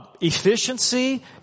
efficiency